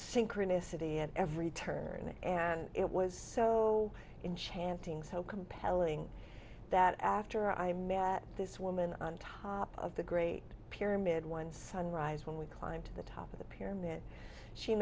synchronicity at every turn and it was so in chanting so compelling that after i met this woman on top of the great pyramid one sunrise when we climbed to the top of the pyramid she